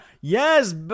Yes